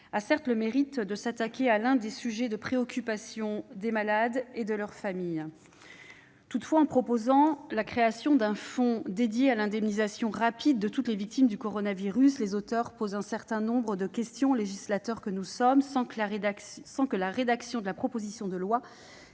a le mérite de s'attaquer à l'un des sujets de préoccupation des malades et de leurs familles. Toutefois, en proposant la création d'un fonds dédié à l'indemnisation rapide de toutes les victimes du coronavirus, les auteurs posent un certain nombre de questions aux législateurs que nous sommes, sans que la rédaction de la proposition de loi